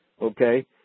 okay